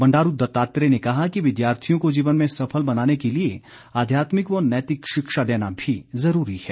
बंडारू दत्तात्रेय ने कहा कि विद्यार्थियों को जीवन में सफल बनाने के लिए आध्यात्मिक व नैतिक शिक्षा देना भी ज़रूरी है